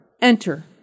Enter